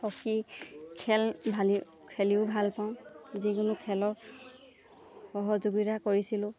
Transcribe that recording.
hockey খেল ভালেই খেলিও ভাল পাওঁ যিকোনো খেলৰ সহযোগীতা কৰিছিলোঁ